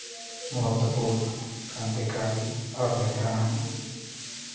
महत्त्वपूर्ण क्रांतिकारी और नेता हैं